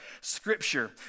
scripture